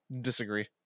disagree